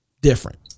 different